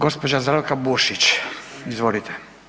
Gospođa Zdravka Bušić, izvolite.